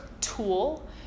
tool